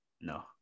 No